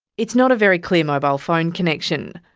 it's not a very clear mobile phone connection.